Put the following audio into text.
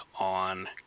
on